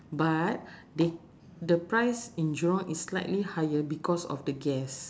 but they the price in jurong is slightly higher because of the gas